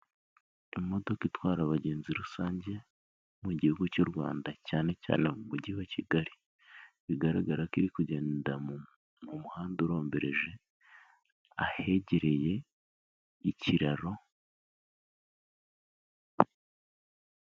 Imodoka itwara abagenzi rusange mu gihugu cy'u Rwanda cyane cyane mu mujyi wa Kigali, bigaragara ko iri kugenda muhanda urombereje ahegereye ikiraro.